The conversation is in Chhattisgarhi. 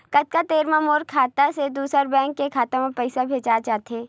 कतका देर मा मोर खाता से दूसरा बैंक के खाता मा पईसा भेजा जाथे?